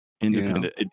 independent